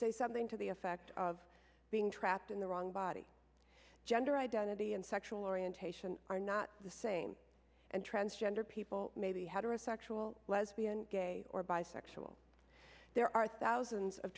say something to the effect of being trapped in the wrong body gender identity and sexual orientation are not the same and transgender people may be heterosexual lesbian gay or bisexual there are thousands of